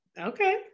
okay